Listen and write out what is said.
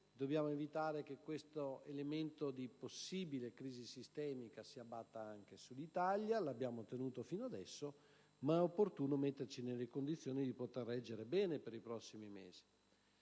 Dobbiamo evitare che questo elemento di possibile crisi sistemica si abbatta anche sull'Italia. Finora ci siamo riusciti, ma è opportuno metterci nelle condizioni di poter reggere bene per i prossimi mesi.